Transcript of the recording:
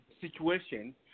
situation